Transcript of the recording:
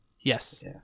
Yes